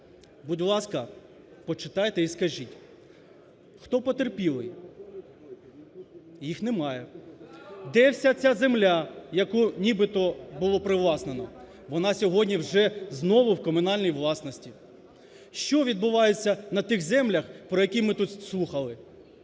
будь ласка, почитайте і скажіть, хто потерпілий? Їх немає. Де вся ця земля, яку нібито було привласнено? Вона сьогодні вже знову в комунальній власності. Що відбувається на тих землях, про які ми тут слухали?